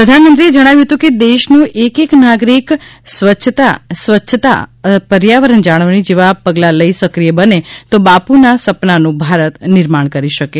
પ્રધાનમંત્રીએ જણાવ્યું હતું કે દેશનો એક એક નાગરિક સ્વચ્છતા સ્વસ્થતા પર્યાવરણ જાળવણી જેવા પગલાં લઇ સક્રિય બને તો બાપુના સપનાનું ભારત નિર્માણ કરી શકીએ